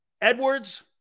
Edwards